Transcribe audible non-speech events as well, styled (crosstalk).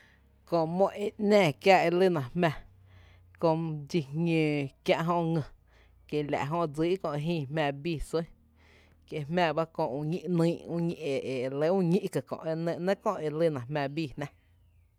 (noise) Köö mó e ‘nⱥⱥ kiää e lýna jmⱥ dxi jñǿǿ kiä’ jö’ ngý, kiela’ jö’ dsíí’ kö’ jïí jmá bíí sún, kie’ jmⱥ ba köö ü ñí’ ‘nýý’ e (hesitation) e re lɇ üñí’ ka kö’ e nɇ nɇɇ’ köo e lýna jmⱥ bíí jnⱥ. (noise)